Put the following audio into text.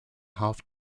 half